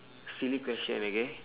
silly question okay